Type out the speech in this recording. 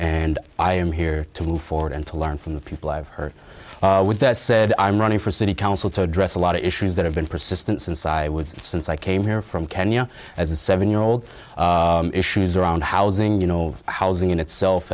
and i am here to move forward and to learn from the people i've hurt with that said i'm running for city council to address a lot of issues that have been persistent since i was since i came here from kenya as a seven year old issues around housing you know housing in itself